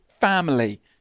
family